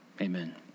Amen